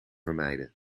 vermijden